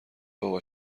بابا